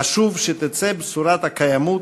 חשוב שתצא בשורת הקיימות,